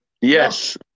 Yes